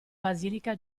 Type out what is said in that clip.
basilica